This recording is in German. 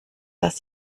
dass